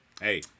Hey